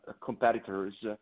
competitors